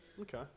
okay